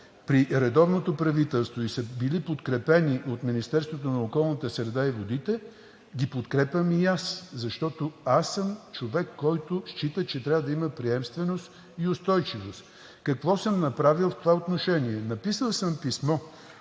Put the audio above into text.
при редовното правителство и са били подкрепени от Министерството на околната среда и водите, ги подкрепям и аз, защото аз съм човек, който счита, че трябва да има приемственост и устойчивост. Какво съм направил в това отношение? Написал съм писмо